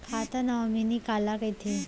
खाता नॉमिनी काला कइथे?